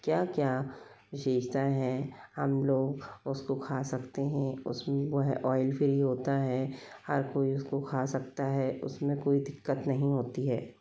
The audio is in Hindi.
क्या क्या विशेषता है हम लोग उसको खा सकते हैं जैसे वह ऑयल फ्री होता है हर कोई उसको खा सकता है उसमें कोई दिक्कत नहीं होती है